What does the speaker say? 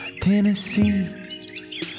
Tennessee